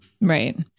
Right